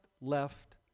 left